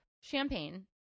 champagne